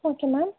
okay ma'am